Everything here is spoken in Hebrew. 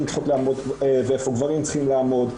צריכות לעמוד ואיפה גברים צריכים לעמוד,